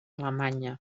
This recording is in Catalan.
alemanya